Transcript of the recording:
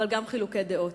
אבל גם חילוקי דעות,